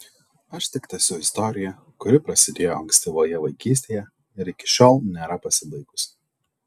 aš tik tęsiu istoriją kuri prasidėjo ankstyvoje vaikystėje ir iki šiol nėra pasibaigusi